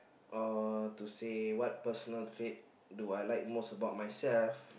or to say what personal trait do I like most about myself